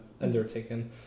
undertaken